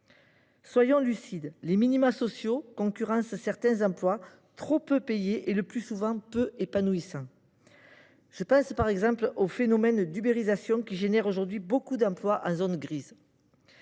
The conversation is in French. Soyons lucides : les minima sociaux concurrencent certains emplois trop peu payés et le plus souvent peu épanouissants. Je pense par exemple au phénomène d’ubérisation qui génère aujourd’hui beaucoup d’emplois en zone grise.